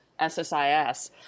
SSIS